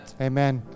Amen